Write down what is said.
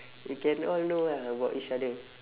we can all know ah about each other